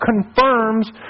confirms